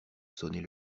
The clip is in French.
sonner